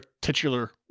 titular